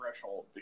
threshold